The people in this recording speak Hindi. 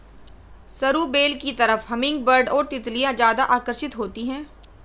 सरू बेल की तरफ हमिंगबर्ड और तितलियां ज्यादा आकर्षित होती हैं